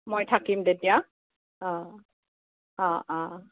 মই থাকিম তেতিয়া অঁ অঁ অঁ